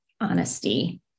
honesty